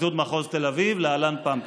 פרקליטות מחוז תל אביב, להלן, פמת"א.